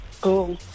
Cool